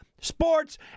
sports